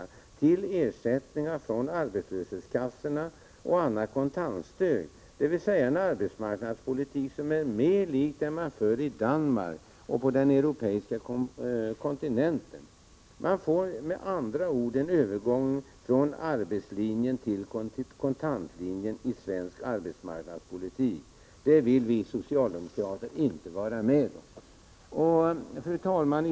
Det blir i stället fråga om ersättning från arbetslöshetskassorna och genom annat kontantstöd — dvs. en arbetsmarknadspolitik som mera liknar den man för i Danmark och på den europeiska kontinenten i övrigt. Det blir med andra ord en övergång från arbetslinjen till kontantlinjen i svensk arbetsmarknadspolitik, och någonting sådant vill vi socialdemokrater inte vara med om. Fru talman!